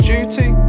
Duty